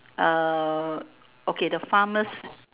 uh okay the pharmac~